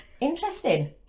Interesting